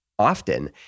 often